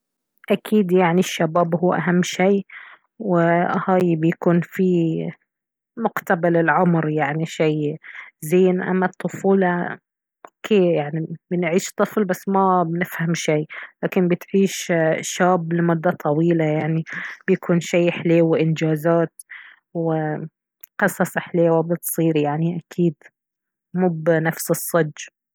أكيد يعني الشباب هو أهم شي وهاي بيكون فيه مقتبل العمر يعني شي زين أما الطفولة اوكي يعني بنعيش طفل بس ما بنفهم شي لكن بتعيش شاب لمدة طويلة يعني بيكون شي حليو وإنجازات وقصص حليوة بتصير يعني أكيد مب نفس الصدق